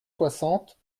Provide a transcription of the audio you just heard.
soixante